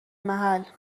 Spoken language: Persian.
محل